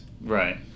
Right